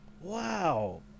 wow